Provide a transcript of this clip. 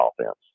offense